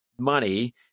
money